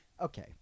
Okay